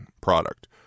product